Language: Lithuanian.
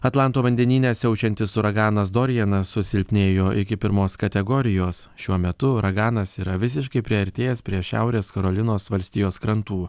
atlanto vandenyne siaučiantis uraganas dorianas susilpnėjo iki pirmos kategorijos šiuo metu uraganas yra visiškai priartėjęs prie šiaurės karolinos valstijos krantų